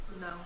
No